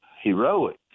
heroic